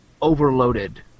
overloaded